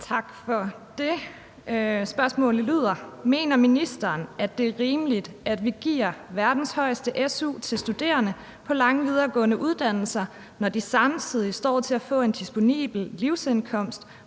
Tak for det. Spørgsmålet lyder: Mener ministeren, at det er rimeligt, at vi giver verdens højeste su til studerende på lange videregående uddannelser, når de samtidig står til at få en disponibel livsindkomst